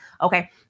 Okay